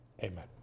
Amen